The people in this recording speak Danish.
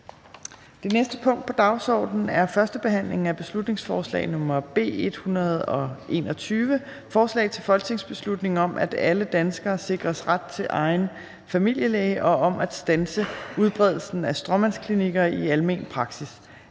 Det næste punkt på dagsordenen er: 19) 1. behandling af beslutningsforslag nr. B 121: Forslag til folketingsbeslutning om, at alle danskere sikres ret til egen familielæge, og om at standse udbredelsen af stråmandsklinikker i almen praksis.